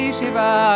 Shiva